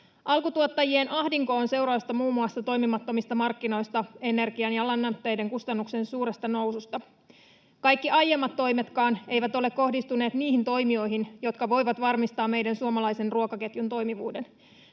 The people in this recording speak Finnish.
Alkutuottajien ahdinko on seurausta muun muassa toimimattomista markkinoista, energian ja lannoitteiden kustannusten suuresta noususta. Kaikki aiemmat toimetkaan eivät ole kohdistuneet niihin toimijoihin, jotka voivat varmistaa meidän suomalaisen ruokaketjun toimivuuden.